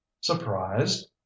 Surprised